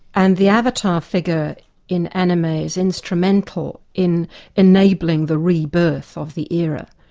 and the avatar figure in anime is instrumental in enabling the rebirth of the era,